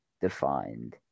defined